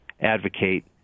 advocate